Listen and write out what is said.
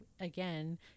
again